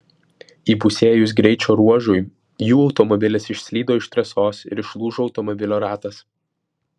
įpusėjus greičio ruožui jų automobilis išslydo iš trasos ir išlūžo automobilio ratas